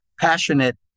passionate